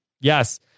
yes